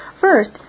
First